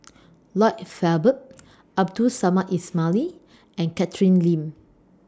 Lloyd Valberg Abdul Samad Ismail and Catherine Lim